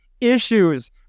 issues